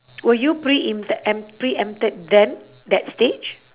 were you pre-inte~ em~ pre-empted then that stage